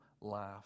life